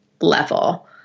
level